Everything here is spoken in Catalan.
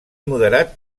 moderat